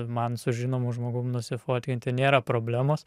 man su žinomu žmogum nusifotkinti nėra problemos